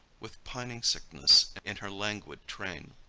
with pining sickness in her languid train,